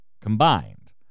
combined